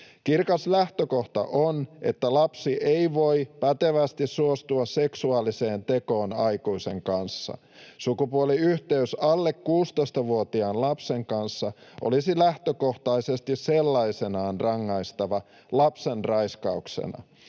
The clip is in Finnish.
Kirkas lähtökohta on, että lapsi ei voi pätevästi suostua seksuaaliseen tekoon aikuisen kanssa. Sukupuoliyhteys alle 16-vuotiaan lapsen kanssa olisi lähtökohtaisesti sellaisenaan rangaistava lapsenraiskauksena.